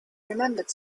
remembered